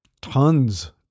tons